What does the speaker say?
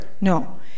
No